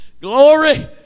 Glory